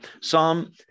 Psalm